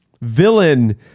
villain